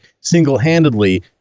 single-handedly